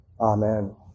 Amen